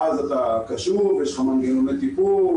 ואז אתה קשוב ויש לך מנגנוני טיפול,